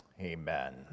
amen